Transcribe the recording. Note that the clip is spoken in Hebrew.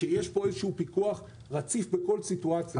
שיש פה איזשהו פיקוח רציף בכל סיטואציה.